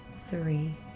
three